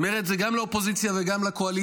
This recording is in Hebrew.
אומר את זה גם לאופוזיציה וגם לקואליציה.